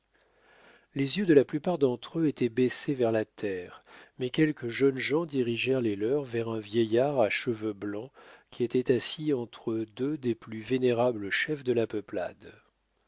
les yeux de la plupart d'entre eux étaient baissés vers la terre mais quelques jeunes gens dirigèrent les leurs vers un vieillard à cheveux blancs qui était assis entre deux des plus vénérables chefs de la peuplade